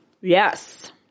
Yes